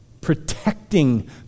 Protecting